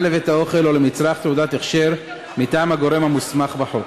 לבית-האוכל או למצרך תעודת הכשר מטעם הגורם המוסמך בחוק.